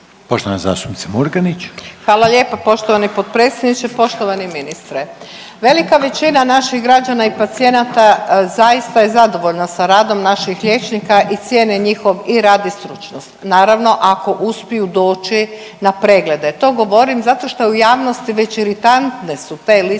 **Murganić, Nada (HDZ)** Hvala lijepa poštovani potpredsjedniče. Poštovani ministre, velika većina naših građana i pacijenata zaista je zadovoljna sa radom naših liječnika i cijene njihov i rad i stručnost. Naravno, ako uspiju doći na preglede. To govorim zato što je u javnosti već iritantne su te liste